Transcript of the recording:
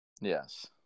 yes